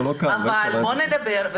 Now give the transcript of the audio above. אבל בוא נדבר,